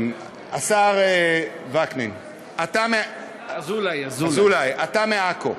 השר אזולאי, אתה מעכו.